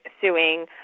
suing